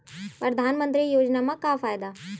परधानमंतरी योजना म का फायदा?